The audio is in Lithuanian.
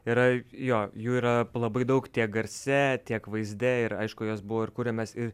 yra jo jų yra labai daug tiek garse tiek vaizde ir aišku jos buvo ir kuriamas ir